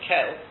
Kel